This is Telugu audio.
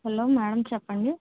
హలో మేడం చెప్పండీ